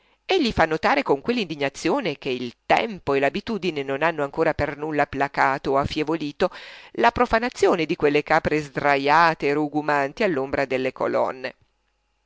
a tutti egli fa notare con quell'indignazione che il tempo e l'abitudine non hanno ancora per nulla placato o affievolito la profanazione di quelle capre sdrajate e rugumanti all'ombra delle colonne